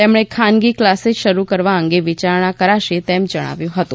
તેમણે ખાનગી કલાસીસ શરૂ કરવા અંગે વિચારણા કરાશે તેમ જણાવ્યું હતું